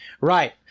Right